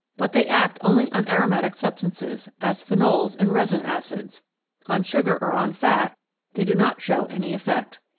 but they act only on aromatic substances, as phenols and resin acids on sugar or on fat they do not show any effect.